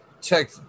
check